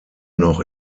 noch